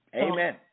Amen